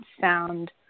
sound